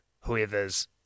whoever's